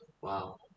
Wow